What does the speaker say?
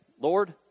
Lord